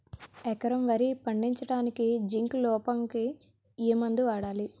ఎకరం వరి పండించటానికి జింక్ లోపంకి ఏ మందు వాడాలి?